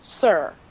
sir